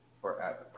forever